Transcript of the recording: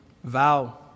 vow